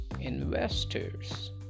investors